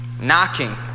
knocking